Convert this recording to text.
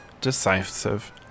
decisive